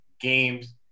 games